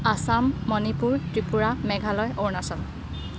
Assam Manipur Tripura Meghalaya Arunachal